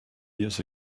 years